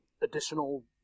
additional